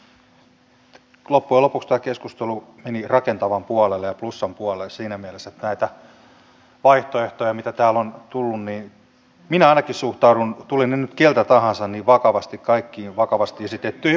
loppujen lopuksi tämä keskustelu meni rakentavan puolelle ja plussan puolelle siinä mielessä että kaikkiin vakavasti esitettyihin vaihtoehtoihin mitä täällä on tullut minä ainakin suhtaudun vakavasti tulivat ne nyt keneltä tahansa